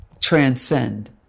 transcend